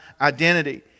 identity